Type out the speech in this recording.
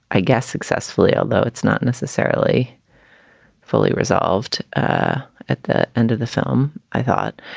i guess, successfully, although it's not necessarily fully resolved at the end of the film, i thought.